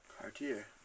Cartier